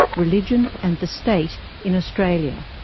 religion and the state in australia.